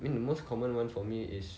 I mean the most common one for me is